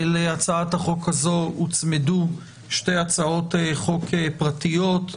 להצעת החוק הזו הוצמדו שתי הצעות חוק פרטיות,